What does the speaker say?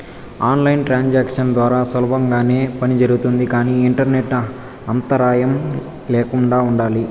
on line transactions ద్వారా సులభంగానే పని జరుగుతుంది కానీ ఇంటర్నెట్ అంతరాయం ల్యాకుండా ఉండాలి